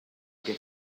que